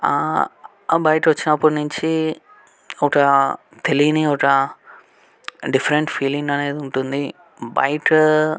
ఆ బైక్ వచ్చినప్పటి నుంచి ఒక తెలియని ఒక డిఫరెంట్ ఫీలింగ్ అనేది ఉంటుంది బైక్